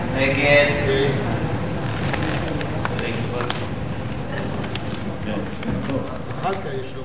חד"ש ושל קבוצת סיעת מרצ לסעיף 4 לא